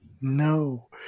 no